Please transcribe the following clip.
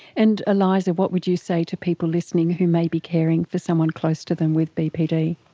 and eliza, what would you say to people listening who may be caring for someone close to them with bpd?